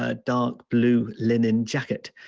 ah dark blue linen jacket.